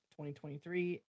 2023